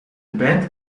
band